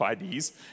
IDs